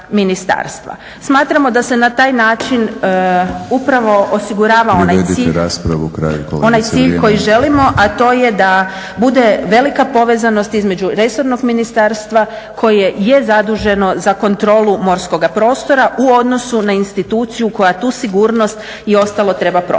Smatramo da se na taj način upravo osigurava onaj cilj koji želimo, a to je da bude velika povezanost između resornog ministarstva koje je zaduženo za kontrolu morskoga prostoru u odnosu na instituciju koja tu sigurnost i ostalo treba provesti.